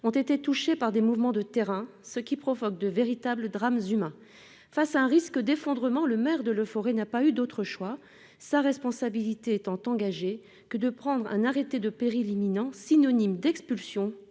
ont été touchées par des mouvements de terrain, ce qui provoque de véritables drames humains. Confronté à un risque d'effondrement, le maire de Leforest n'a eu d'autre choix, sa responsabilité étant engagée, que de prendre un arrêté de péril imminent, synonyme, pour